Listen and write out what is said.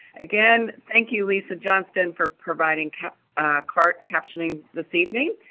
again, thank you, lisa johnston, for providing cart captioning this evening.